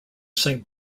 saint